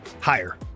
higher